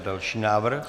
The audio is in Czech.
Další návrh.